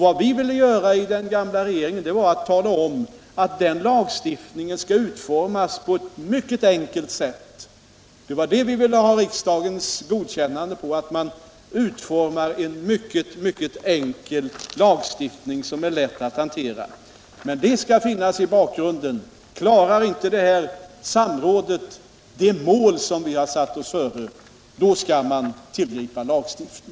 Vad vi i den gamla regeringen ville göra var att tala om att den lagstiftningen skall utformas på ett mycket enkelt sätt. Det var där vi ville ha riksdagens godkännande av en mycket enkel lagstiftning som är lätt att hantera. Klarar inte samrådet det mål som har uppställts skall man tillgripa lagstiftning.